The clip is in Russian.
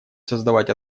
создавать